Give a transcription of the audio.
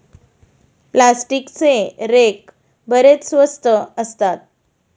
प्लास्टिकचे रेक बरेच स्वस्त असतात